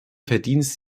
verdienst